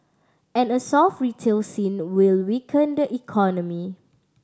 and a soft retail scene will weaken the economy